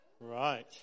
right